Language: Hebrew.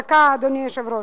דקה, אדוני היושב-ראש.